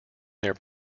their